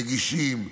רגישים,